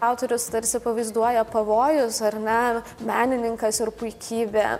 autorius tarsi pavaizduoja pavojus ar ne menininkas ir puikybė